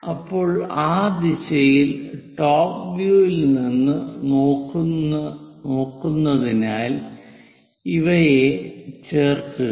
ഇപ്പോൾ ആ ദിശയിൽ ടോപ് വ്യൂ ഇൽ നിന്ന് നോക്കുന്നതിനാൽ ഇവയെ ചേർക്കുക